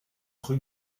rue